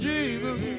Jesus